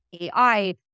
ai